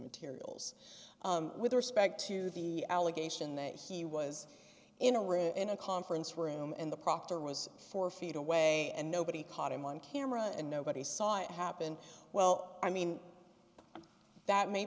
materials with respect to the allegation that he was in a room in a conference room and the proctor was four feet away and nobody caught him on camera and nobody saw it happen well i mean that may